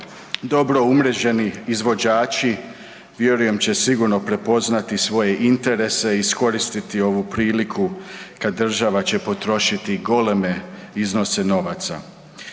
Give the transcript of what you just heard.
Dobro umreženi izvođači vjerujem će sigurno prepoznati svoje interese i iskoristiti ovu priliku kada država će potrošiti goleme iznose novaca.